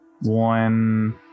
One